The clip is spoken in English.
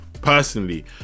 personally